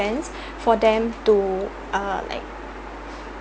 for them to uh like